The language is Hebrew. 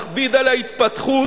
מכביד על ההתפתחות.